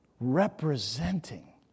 Representing